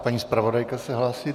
Paní zpravodajka se hlásí.